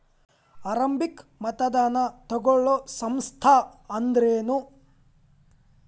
ಆರಂಭಿಕ್ ಮತದಾನಾ ತಗೋಳೋ ಸಂಸ್ಥಾ ಅಂದ್ರೇನು?